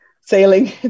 sailing